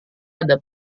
ada